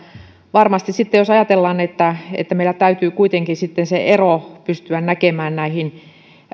varmasti sitten jos ajatellaan että että meillä täytyy kuitenkin se ero pystyä näkemään